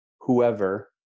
whoever